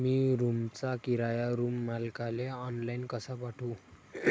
मी रूमचा किराया रूम मालकाले ऑनलाईन कसा पाठवू?